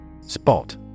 Spot